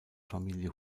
familie